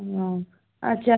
ও আচ্ছা